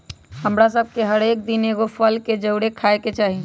हमरा सभके हरेक दिन एगो फल के जरुरे खाय के चाही